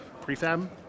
prefab